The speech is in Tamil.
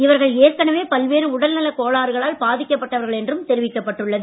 இவர்கள் ஏற்கனவே பல்வேறு உடல்நலக் கோளாறுகளால் பாதிக்கப் பட்டவர்கள் என்றும் தெரிவிக்கப் பட்டுள்ளது